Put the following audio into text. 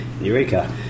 Eureka